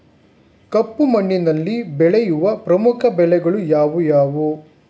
ಕಪ್ಪು ಮಣ್ಣಿನಲ್ಲಿ ಬೆಳೆಯುವ ಪ್ರಮುಖ ಬೆಳೆಗಳು ಯಾವುವು?